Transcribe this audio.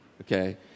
okay